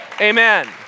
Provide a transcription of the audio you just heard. Amen